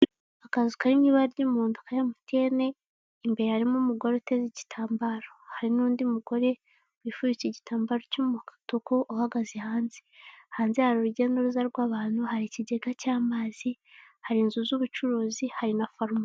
Akazu kari mu ibara ry'umuhondo ka mtn imbere harimo umugore uteze igitambaro, hari n'undi mugore wifubitse cy'umutuku uhahaze hanze. Hanze hari urujya n'uruza rw'abantu, hari ikigega cy'amazi, hari inzu z'ubucuruzi, hari na farumasi.